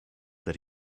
that